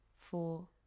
four